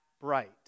bright